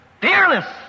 fearless